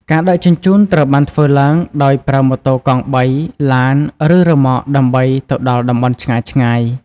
ការដឹកជញ្ជូន ត្រូវបានធ្វើឡើងដោយប្រើម៉ូតូកង់បី ឡាន ឬរ៉ឺម៉កដើម្បីទៅដល់តំបន់ឆ្ងាយៗ។